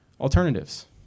alternatives